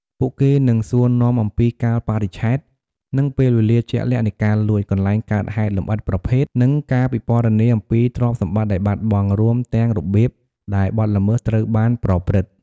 ពួកគេនឹងសួរនាំអំពីកាលបរិច្ឆេទ និងពេលវេលាជាក់លាក់នៃការលួច កន្លែងកើតហេតុលម្អិតប្រភេទ និងការពិពណ៌នាអំពីទ្រព្យសម្បត្តិដែលបាត់បង់ រួមទាំងរបៀបដែលបទល្មើសត្រូវបានប្រព្រឹត្ត។